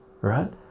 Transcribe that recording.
right